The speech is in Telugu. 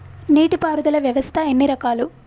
నీటి పారుదల వ్యవస్థ ఎన్ని రకాలు?